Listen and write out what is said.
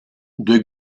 due